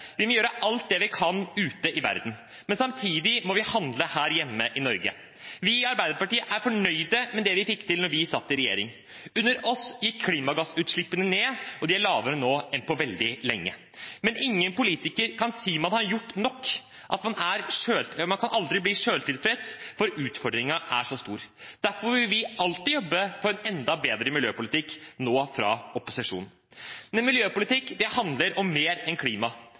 Vi må gjøre alt det vi kan ute i verden, men samtidig må vi handle her hjemme i Norge. Vi i Arbeiderpartiet er fornøyd med det vi fikk til da vi satt i regjering. Under oss gikk klimagassutslippene ned, og de er lavere nå enn på veldig lenge. Men ingen politikere kan si at man har gjort nok, man kan aldri bli selvtilfreds, for utfordringen er så stor. Derfor vil vi alltid jobbe for en enda bedre miljøpolitikk – nå fra opposisjon. Miljøpolitikk handler om mer enn klima.